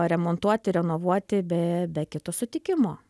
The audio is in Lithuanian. remontuoti renovuoti be be kito sutikimo